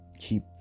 keep